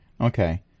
Okay